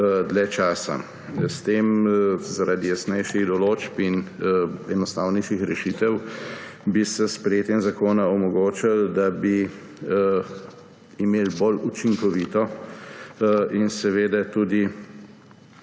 dlje časa. Zaradi jasnejših določb in enostavnejših rešitev bi se s sprejetjem zakona omogočilo, da bi imeli bolj učinkovito in tudi